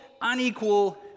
unequal